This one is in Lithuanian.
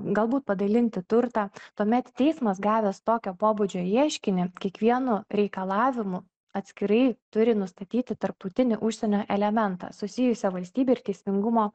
galbūt padalinti turtą tuomet teismas gavęs tokio pobūdžio ieškinį kiekvienu reikalavimu atskirai turi nustatyti tarptautinį užsienio elementą susijusią valstybę ir teisingumo